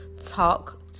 talk